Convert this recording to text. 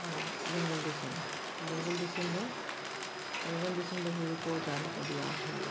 ᱟᱨ ᱵᱮᱜᱚᱞ ᱫᱤᱥᱚᱢ ᱵᱮᱝᱜᱚᱞ ᱫᱤᱥᱚᱢ ᱫᱚ ᱵᱮᱝᱜᱚᱞ ᱫᱤᱥᱚᱢ ᱫᱚ ᱦᱳᱲᱳ ᱠᱚ ᱪᱟᱣᱞᱮ ᱠᱚ ᱟᱹᱰᱤ ᱟᱸᱴ ᱦᱩᱭᱩᱜᱼᱟ